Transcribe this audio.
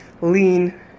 lean